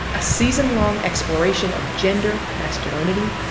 a season-long exploration of gender, masculinity,